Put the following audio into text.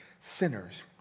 sinners